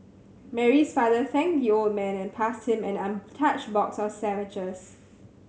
Mary's father thanked the old man and passed him an untouched box of sandwiches